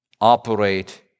operate